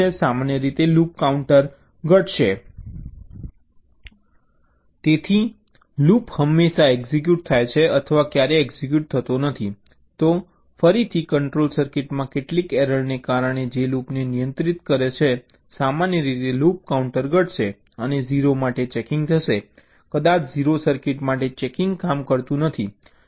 સામાન્ય રીતે loop counter ઘટશે અને 0 માટે ચેકિંગ થશે કદાચ 0 સર્કિટ માટે ચેકિંગ કામ કરતું નથી